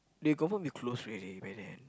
they confirm be close already by then